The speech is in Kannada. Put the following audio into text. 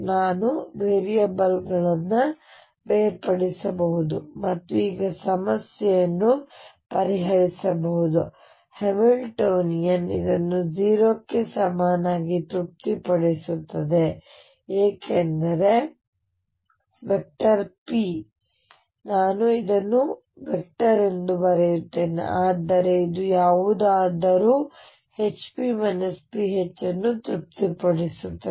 ನಾವು ವೇರಿಯೇಬಲ್ಗಳನ್ನು ಬೇರ್ಪಡಿಸಬಹುದು ಮತ್ತು ಈಗ ಸಮಸ್ಯೆಯನ್ನು ಪರಿಹರಿಸಬಹುದು ಹ್ಯಾಮಿಲ್ಟೋನಿಯನ್ ಇದನ್ನು 0 ಕ್ಕೆ ಸಮನಾಗಿ ತೃಪ್ತಿಪಡಿಸುತ್ತದೆ ಏಕೆಂದರೆ p ನಾನು ಇದನ್ನು ವೆಕ್ಟರ್ ಎಂದು ಬರೆಯುತ್ತೇನೆ ಆದರೆ ಇದು ಯಾವುದಾದರೂ Hp pH 0 ಅನ್ನು ತೃಪ್ತಿಪಡಿಸುತ್ತದೆ